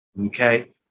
okay